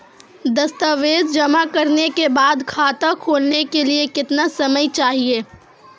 दस्तावेज़ जमा करने के बाद खाता खोलने के लिए कितना समय चाहिए?